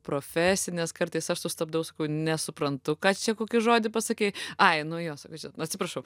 profesinės kartais aš sustabdau sakau nesuprantu ką čia kokį žodį pasakei ai nu jo sako čia atsiprašau